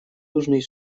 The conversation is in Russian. южный